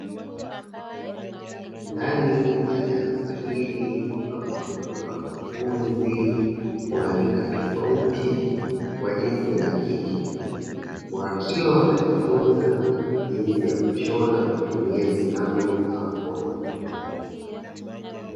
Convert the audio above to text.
Ndani ya darasa hili ambapo kuna wanafunzi wa rika tofauti wa jinsia ya kike, wakiwa wanajifunza jinsi ya kushona kwa kutumia sindano za mkono.